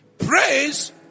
Praise